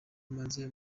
maze